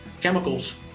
chemicals